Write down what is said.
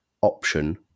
option